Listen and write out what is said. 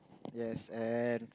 yes and